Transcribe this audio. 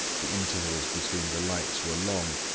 the intervals between the lights were long,